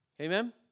Amen